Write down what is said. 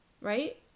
right